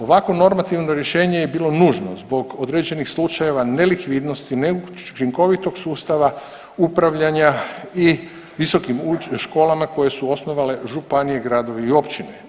Ovako normativno rješenje je bilo nužno zbog određenih slučajeva nelikvidnosti, neučinkovitog sustava upravljanja i visokim školama koje su osnovale županije, gradovi i općine.